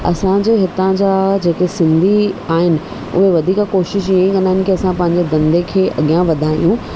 असांजे हितां जा जेके सिंधी आहिनि उहे वधीक कोशिशि इहे ई कंदा आहिनि कि असां पंहिंजे धंधे खे अॻियां वधायूं